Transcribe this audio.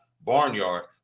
barnyard